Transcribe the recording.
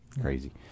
Crazy